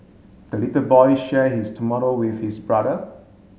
the little boy share his tomato with his brother